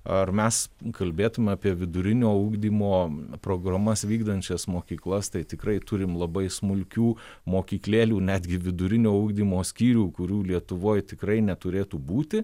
ar mes kalbėtume apie vidurinio ugdymo programas vykdančias mokyklas tai tikrai turim labai smulkių mokyklėlių netgi vidurinio ugdymo skyrių kurių lietuvoj tikrai neturėtų būti